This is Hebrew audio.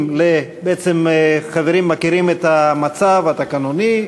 החברים מכירים את המצב התקנוני.